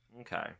Okay